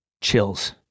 Chills